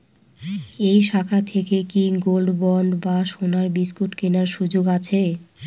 এই শাখা থেকে কি গোল্ডবন্ড বা সোনার বিসকুট কেনার সুযোগ আছে?